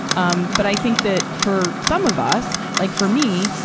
um but i think that, for some of us, like, for me,